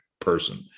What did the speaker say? person